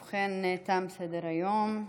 ובכן, תם סדר-היום.